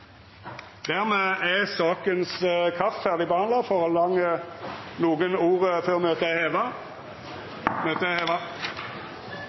Dermed er dagens kart ferdigbehandla. Ber nokon om ordet før møtet vert heva? – Møtet er heva.